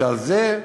על זה,